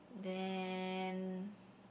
then